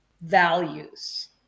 values